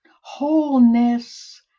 Wholeness